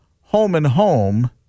home-and-home